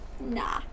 Nah